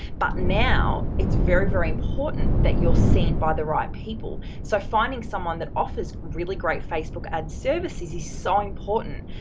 but now, it's very very important that you're seen by the right people. so, finding someone that offers really great facebook ad services is so important.